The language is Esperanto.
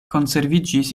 konserviĝis